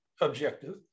objective